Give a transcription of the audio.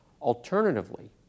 Alternatively